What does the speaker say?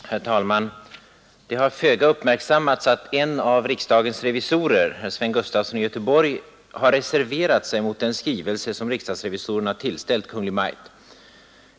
Herr talman! Det har föga uppmärksammats att en av riksdagens revisorer, herr Sven Gustafson i Göteborg, har reserverat sig mot den skrivelse som riksdagsrevisorerna har tillställt Kungl. Maj:t.